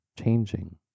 changing